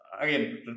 again